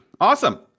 awesome